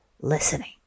listening